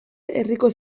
herriko